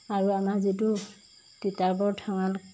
আৰু আমাৰ যিটো তিতাবৰ ধেমাল